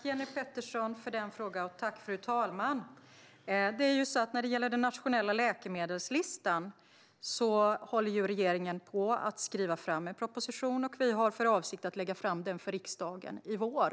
Fru talman! Tack, Jenny Petersson, för frågan! När det gäller den nationella läkemedelslistan håller regeringen på att skriva en proposition, och vi har för avsikt att lägga fram den för riksdagen i vår.